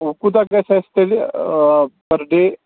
کوٗتاہ گژھِ اَسہِ تیٚلہِ پٔر ڈے